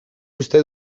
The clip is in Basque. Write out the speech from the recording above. uste